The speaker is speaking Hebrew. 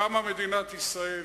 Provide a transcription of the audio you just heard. קמה מדינת ישראל,